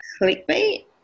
Clickbait